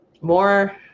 more